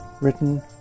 written